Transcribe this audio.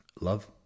love